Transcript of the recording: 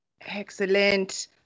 Excellent